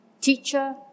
teacher